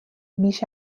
بیش